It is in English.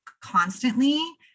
constantly